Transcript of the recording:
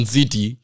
City